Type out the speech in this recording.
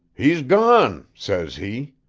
he's gone says he.